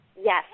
Yes